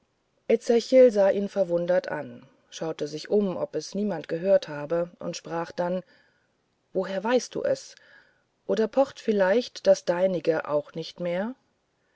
ezechiel sah ihn verwundert an schaute sich um ob es niemand gehört habe und sprach dann woher weißt du es oder pocht vielleicht das deinige auch nicht mehr